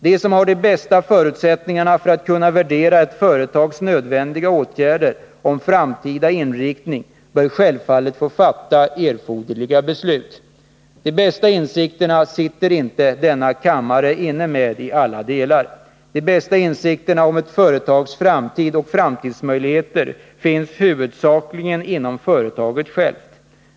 De som har de bästa förutsättningarna för att kunna värdera ett företags nödvändiga åtgärder och framtida inriktning bör självfallet få fatta erforderliga beslut. De bästa insikterna sitter inte denna kammare inne med. De bästa insikterna om ett företags framtid och framtidsmöjligheter finns huvudsakligen inom företaget självt.